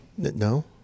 No